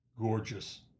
gorgeous